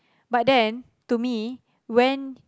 but then to me when